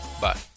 Bye